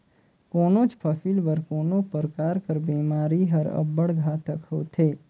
कोनोच फसिल बर कोनो परकार कर बेमारी हर अब्बड़ घातक होथे